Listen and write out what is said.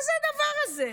מה זה הדבר הזה?